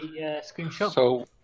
screenshot